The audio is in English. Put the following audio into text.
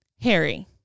Harry